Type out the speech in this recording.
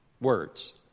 Words